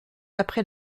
après